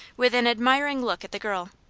with an admiring look at the girl.